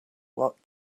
what